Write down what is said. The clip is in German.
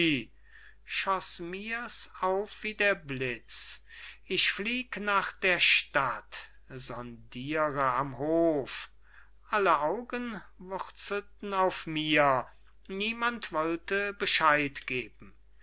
schoß mirs auf wie der blitz ich flieg nach der stadt sondire am hof alle augen wurzelten auf mir niemand wollte bescheid geben